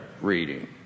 reading